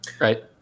right